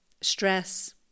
stress